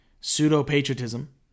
pseudo-patriotism